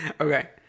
Okay